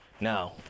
Now